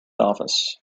office